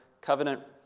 covenant